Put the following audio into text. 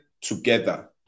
together